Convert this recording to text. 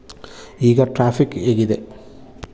ಈಗ ಟ್ರಾಫಿಕ್ ಹೇಗಿದೆ